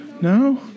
No